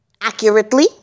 accurately